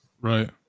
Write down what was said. right